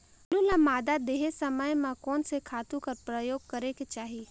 आलू ल मादा देहे समय म कोन से खातु कर प्रयोग करेके चाही?